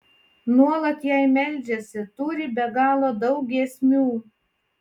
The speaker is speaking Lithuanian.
nuolat jai meldžiasi turi be galo daug giesmių